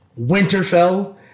Winterfell